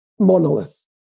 Monolith